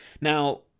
now